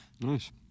Nice